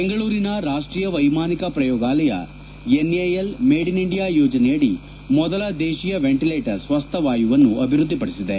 ಬೆಂಗಳೂರಿನ ರಾಷ್ಟೀಯ ವೈಮಾನಿಕ ಪ್ರಯೋಗಾಲಯ ಎನ್ಎಎಲ್ ಮೇಡ್ ಇನ್ ಇಂಡಿಯಾ ಯೋಜನೆಯಡಿ ಮೊದಲ ದೇಶೀಯ ವೆಂಟಲೇಟರ್ ಸ್ವಸ್ಥವಾಯು ವನ್ನು ಅಭಿವೃದ್ಧಿಪಡಿಸಿದೆ